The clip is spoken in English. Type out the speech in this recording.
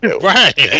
Right